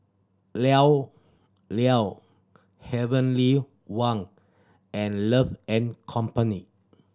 Llao Llao Heavenly Wang and Love and Company